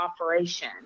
operation